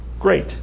great